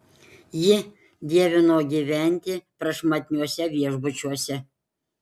ji dievino gyventi prašmatniuose viešbučiuose